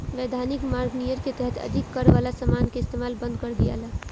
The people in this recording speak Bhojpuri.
वैधानिक मार्ग नियर के तहत अधिक कर वाला समान के इस्तमाल बंद कर दियाला